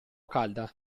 calda